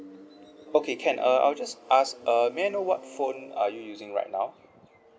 okay can uh I'll just ask uh may I know what phone are you using right now